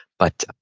but,